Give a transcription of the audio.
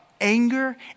anger